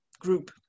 group